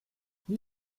wie